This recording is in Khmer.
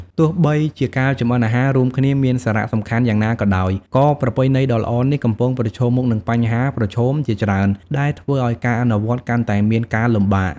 ទោះបីជាការចម្អិនអាហាររួមគ្នាមានសារៈសំខាន់យ៉ាងណាក៏ដោយ ក៏ប្រពៃណីដ៏ល្អនេះកំពុងប្រឈមមុខនឹងបញ្ហាប្រឈមជាច្រើនដែលធ្វើឱ្យការអនុវត្តកាន់តែមានការលំបាក ។